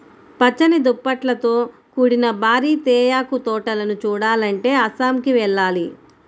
పచ్చని దుప్పట్లతో కూడిన భారీ తేయాకు తోటలను చూడాలంటే అస్సాంకి వెళ్ళాలి